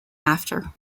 after